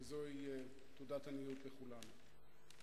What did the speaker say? וזו תעודת עניות לכולנו.